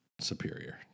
superior